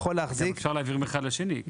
יכול להחזיק --- גם אפשר להעביר אותם מאחד לשני.